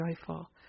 joyful